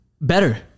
Better